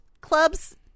clubs